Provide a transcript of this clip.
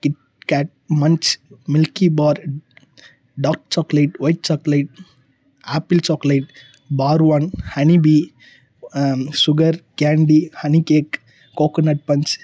kit kat munch milky bar dark chocolate white chocolate apple chocolate bar one honeybee sugar candy honey cake coconut punch